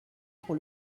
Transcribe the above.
pour